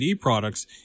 products